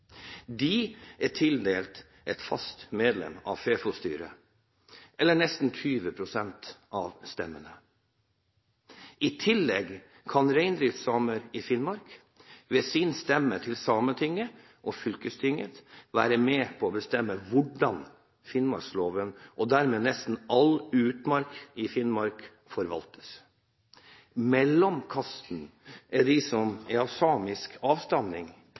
De er tildelt en fast plass i FeFo-styret, eller nesten 20 pst. av stemmene. I tillegg kan reindriftssamer i Finnmark ved sin stemme til Sametinget og fylkestinget være med på å bestemme hvordan finnmarksloven og dermed nesten all utmark i Finnmark forvaltes. Mellomkasten er de som er av samisk avstamning,